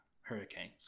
Hurricanes